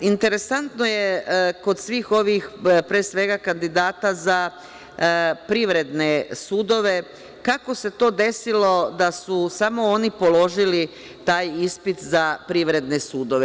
Interesantno je kod svih ovih kandidata za privredne sudove kako se to desilo da su samo oni položili taj ispit za privredne sudove.